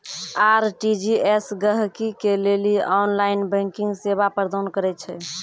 RTGS गहकि के लेली ऑनलाइन बैंकिंग सेवा प्रदान करै छै